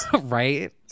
Right